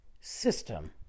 system